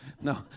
No